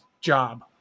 job